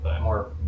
more